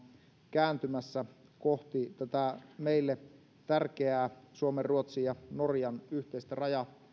kääntymässä kohti meille tärkeää suomen ruotsin ja norjan yhteistä raja